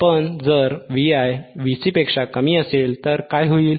पण जर Vi Vc पेक्षा कमी असेल Vi Vc तर काय होईल